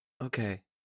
Okay